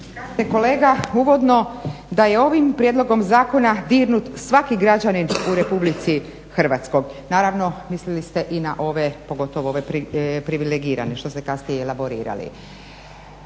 kolega uvodno da je ovim prijedlogom zakona dirnut svaki građanin u Republici Hrvatskoj. Naravno, mislili ste i na ove, pogotovo ove privilegirane što ste kasnije elaborirali,